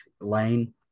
Lane